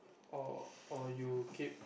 or or you keep